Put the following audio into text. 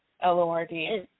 L-O-R-D